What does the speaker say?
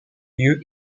lieu